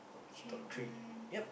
travel